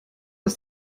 ist